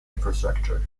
infrastructure